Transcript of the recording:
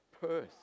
Perth